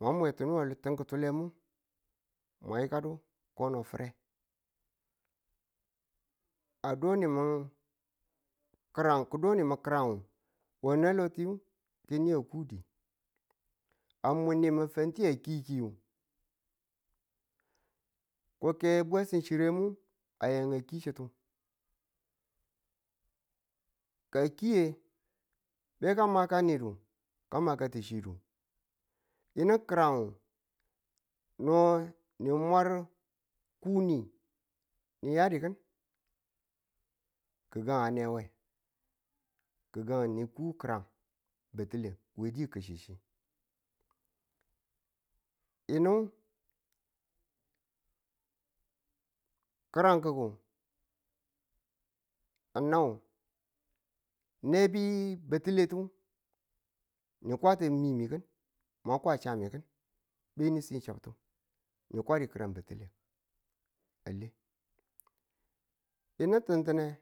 mwa mwe duwe tim kịtule ngemu kono fi̱re. a do nimin ki̱ran we ne lo tiyu ko ke niyan ku di. a muni min fanti kiki ko bwesim chirre mu a ya a ki chitu ka a kiye, be ka makanidu be ka makati chi yu. yinu kiran no ni mwaka kuni, ni yadikin, gi̱gang a newa gi̱gang niku ki̱ran batile wabe kachi chi. yinu ki̱ran ki̱ku ng naw nebi bati̱le tu ni kwa ti mim kin mwa kwa cham kin be ni si chabtu ni kwadu ki̱ran batile kin ne kwan kwan lele.